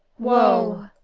woe!